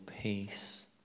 peace